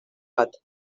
bat